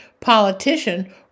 politician